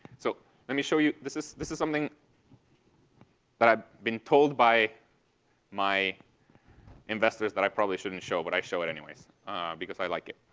so let me show you this is this is something that i've been told by my investors that i probably shouldn't show, but i show it anyways because i like it.